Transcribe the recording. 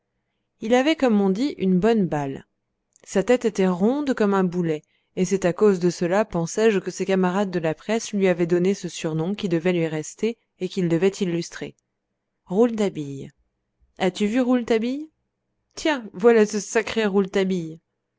il avait comme on dit une bonne balle sa tête était ronde comme un boulet et c'est à cause de cela pensai-je que ses camarades de la presse lui avaient donné ce surnom qui devait lui rester et qu'il devait illustrer rouletabille as-tu vu rouletabille tiens voilà ce sacré